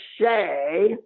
say